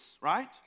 right